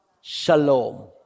Shalom